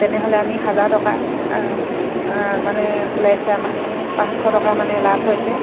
তেনেহ'লে আমি হাজাৰ টকা মানে ওলাইছে আমাৰ পাঁচশ টকা মানে লাভ হৈছে